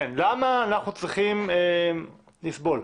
למה אנחנו צריכים לסבול.